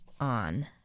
on